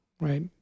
right